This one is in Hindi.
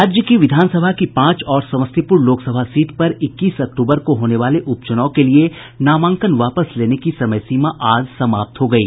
राज्य की विधानसभा की पांच और समस्तीपूर लोकसभा सीट पर इक्कीस अक्टूबर को होने वाले उप चुनाव के लिये नामांकन वापस लेने की समय सीमा आज समाप्त हो गयी